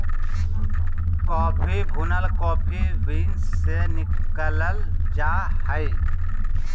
coffee भुनल coffee beans से निकालल जा हइ